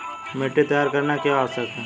मिट्टी तैयार करना क्यों आवश्यक है?